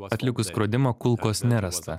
atlikus skrodimą kulkos nerasta